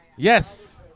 Yes